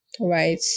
right